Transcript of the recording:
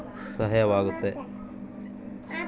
ಹವಮಾನ ಇಲಾಖೆ ಕೊಡುವ ಮಾಹಿತಿ ರೈತರಿಗೆ ಸಹಾಯವಾಗುತ್ತದೆ ಏನ್ರಿ?